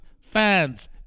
fans